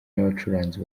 n’abacuranzi